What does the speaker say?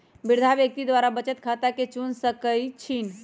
वृद्धा व्यक्ति वृद्धा बचत खता के चुन सकइ छिन्ह